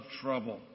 trouble